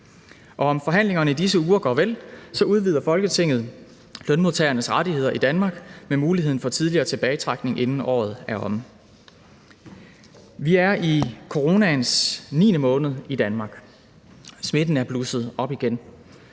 Om forhandlingerne i disse uger går vel, udvider Folketinget lønmodtagernes rettigheder i Danmark med muligheden for tidligere tilbagetrækning, inden året er omme. Vi er i coronaens niende måned i Danmark. Smitten er blusset op igen.